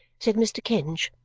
said mr. kenge.